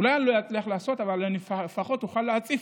אולי אני לא אצליח לעשות, אבל לפחות אוכל להציף.